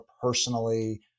personally